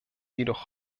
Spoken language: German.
jedoch